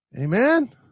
Amen